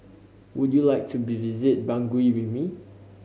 would you like to visit Bangui with me